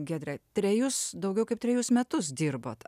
giedre trejus daugiau kaip trejus metus dirbot